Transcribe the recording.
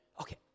okay